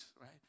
right